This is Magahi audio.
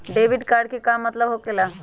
डेबिट कार्ड के का मतलब होकेला?